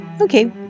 Okay